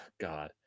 God